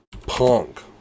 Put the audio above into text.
punk